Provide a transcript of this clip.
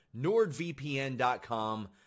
NordVPN.com